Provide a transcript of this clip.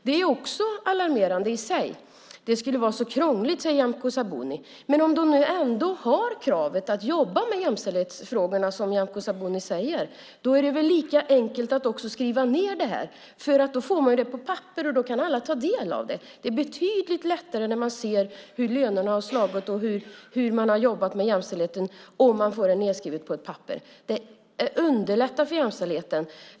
Det är också alarmerande. Det skulle vara så krångligt, säger Nyamko Sabuni. Men om det ändå finns ett krav att jobba med jämställdhetsfrågorna, som Nyamko Sabuni säger, är det väl lika enkelt att också skriva ned dem. Då kommer de på papper och alla kan ta del av dem. Det är betydligt lättare när det går att se hur lönerna har slagit och hur man har jobbat med jämställdhetsfrågorna om det finns nedskrivet på ett papper. Det underlättar för jämställdheten.